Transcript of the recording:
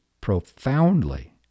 profoundly